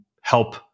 help